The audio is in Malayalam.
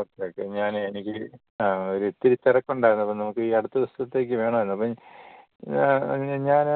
ഓക്കേ ഓക്കേ ഞാൻ എനിക്ക് ഇത്തിരി തിരക്കുണ്ടായിരുന്നു അപ്പോൾ നമുക്ക് ഈ അടുത്ത ദിവസത്തേക്ക് വേണമായിരുന്നു അപ്പം ഞാൻ